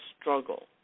struggle